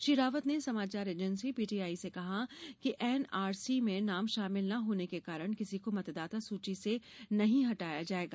श्री रावत ने समाचार agency PTI से कहा कि एनआरसी में नाम शामिल न होने के कारण किसी को मतदाता सूची से नहीं हटाया जाएगा